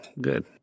Good